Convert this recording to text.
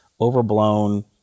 overblown